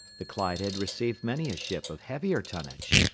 the clyde had received many a ship of heavier tonnage,